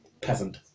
peasant